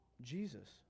Jesus